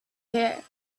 here